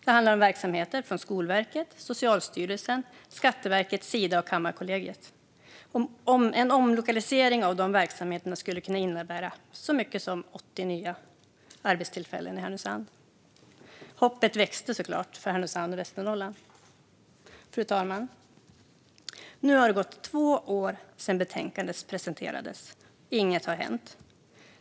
Det handlar om verksamheter från Skolverket, Socialstyrelsen, Skatteverket, Sida och Kammarkollegiet. En omlokalisering av de verksamheterna skulle kunna innebära så mycket som 80 nya arbetstillfällen i Härnösand. Hoppet växte såklart för Härnösand och Västernorrland. Fru talman! Nu har det gått två år sedan betänkandet presenterades, och inget har hänt.